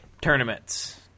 Tournaments